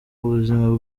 ubuzima